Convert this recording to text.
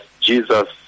Jesus